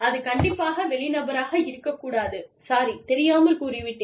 அது கண்டிப்பாக வெளி நபராக இருக்கக் கூடாது சாரி தெரியாமல் கூறி விட்டேன்